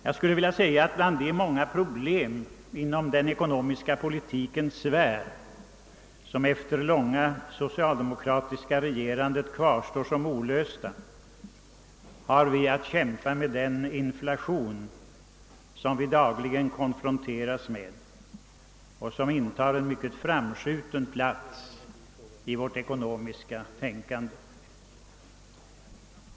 Jag skulle vilja säga att bland de många problem inom den ekonomiska politikens sfär, som efter det långa socialdemokratiska regerandet kvarstår olösta, har vi att kämpa mot den inflation som vi dagligen konfronteras med och som intar en mycket framskjuten plats i vårt ekonomiska tänkande.